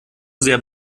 sehr